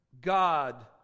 God